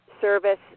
service